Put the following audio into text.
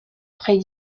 près